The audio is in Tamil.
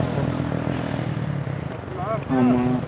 ஓ ஆமாம்